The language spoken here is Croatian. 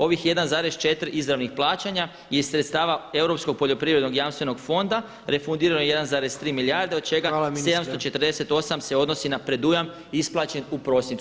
Ovih 1,4 izravnih plaćanja iz sredstava Europskog poljoprivrednog jamstvenog fonda refundirano je 1,3 milijarde od čega 748 se odnosi na predujam isplaćen u prosincu.